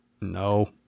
No